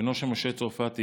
בנו של משה צרפתי,